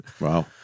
Wow